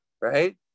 Right